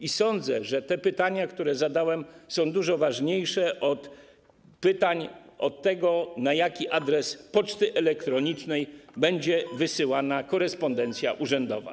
I sądzę, że pytania, które zadałem, są dużo ważniejsze od pytań dotyczących tego, na jaki adres poczty elektronicznej będzie wysyłana korespondencja urzędowa.